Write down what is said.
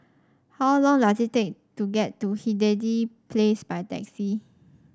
how long does it take to get to Hindhede Place by taxi